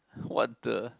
what the